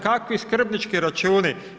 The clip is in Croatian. Kakvi skrbnički računi?